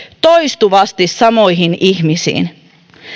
toistuvasti samoihin ihmisiin